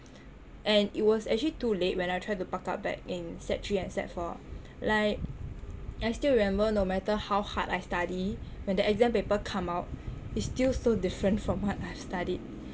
and it was actually too late when I try to buck up back in sec three and sec four like I still remember no matter how hard I study when the exam paper come out it's still so different from what I've studied